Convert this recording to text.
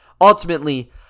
Ultimately